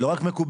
לא רק מקובלת.